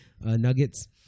Nuggets